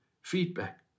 feedback